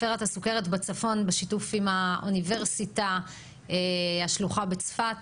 ספירת הסוכרת בצפון היא בשיתוף עם השלוחה בצפת